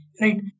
Right